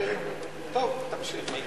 טוב, תמשיך.